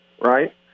right